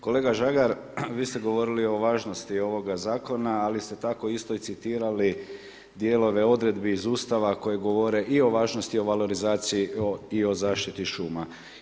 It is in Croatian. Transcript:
Kolega Žagar vi ste govorili o važnosti ovoga zakona ali ste tako isto i citirali dijelove odredbi iz Ustava koje govore i o važnosti o valorizaciji i o zaštiti šuma.